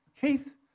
Keith